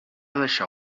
deixar